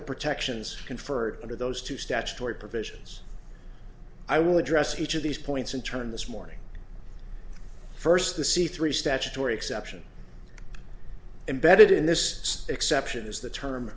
the protections conferred under those two statutory provisions i will address each of these points in turn this morning first the c three statutory exception embedded in this exception is the term